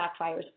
backfires